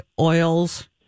oils